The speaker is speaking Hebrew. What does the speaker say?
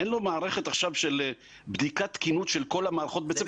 אין לו עכשיו מערכת של בדיקת תקינות של כל המערכות בבית ספר.